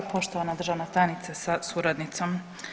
Poštovana državna tajnice sa suradnicom.